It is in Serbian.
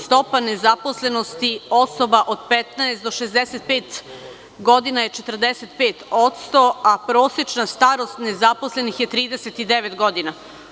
Stopa nezaposlenosti osoba od 15 do 65 godina je 45% a prosečna starost nezaposlenih je 39 godina.